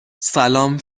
سلام